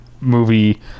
movie